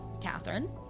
Catherine